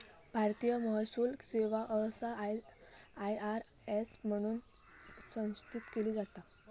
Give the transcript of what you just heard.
भारतीय महसूल सेवा सहसा आय.आर.एस म्हणून संक्षिप्त केली जाता